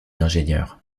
l’ingénieur